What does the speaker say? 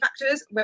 factors